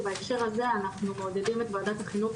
ובהקשר הזה אנחנו מעודדים את ועדת החינוך,